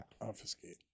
obfuscate